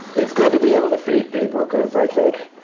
it's good to be able to feed people because i think